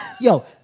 Yo